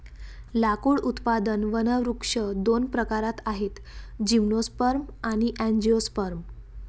लाकूड उत्पादक वनवृक्ष दोन प्रकारात आहेतः जिम्नोस्पर्म आणि अँजिओस्पर्म